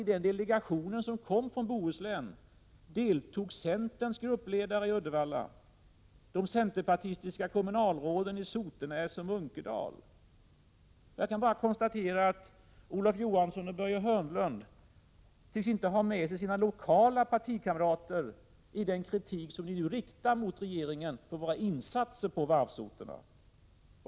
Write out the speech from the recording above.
I den delegation som kom från Bohuslän ingick centerns gruppledare i Uddevalla och de centerpartistiska kommunalråden i Sotenäs och Munkedal. Jag kan bara konstatera att Olof Johansson och Börje Hörnlund inte tycks ha med sig sina lokala partikamrater i den kritik som de riktar mot regeringen för dess insatser på varvsorterna.